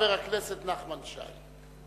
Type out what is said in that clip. חבר הכנסת נחמן שי.